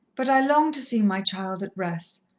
but i long to see my child at rest,